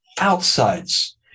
outsides